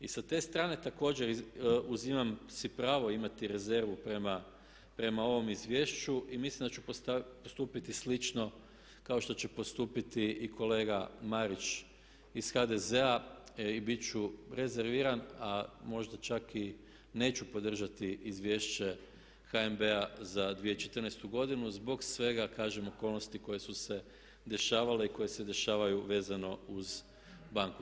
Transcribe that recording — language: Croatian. I sa te strane također uzimam si pravo imati rezervu prema ovom izvješću i mislim da ću postupiti slično kao što će postupiti i kolega Marić iz HDZ-a i bit ću rezerviran, a možda čak i neću podržati izvješće HNB-a za 2014. godinu zbog svega kažem okolnosti koje su dešavale i koje se dešavaju vezano uz banku.